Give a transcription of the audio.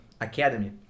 academy